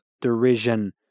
derision